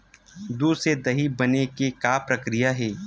दूध से दही बने के का प्रक्रिया हे?